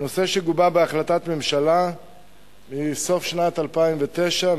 זה נושא שגובה בהחלטת ממשלה מסוף שנת 2009,